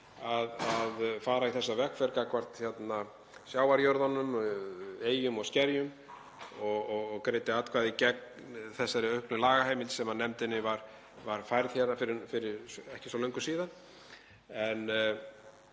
að fara í þessa vegferð gagnvart sjávarjörðunum, eyjum og skerjum og greiddi atkvæði gegn þessari auknu lagaheimild sem nefndinni var færð fyrir ekki svo löngu síðan.